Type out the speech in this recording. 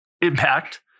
impact